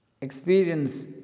experience